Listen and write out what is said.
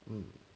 um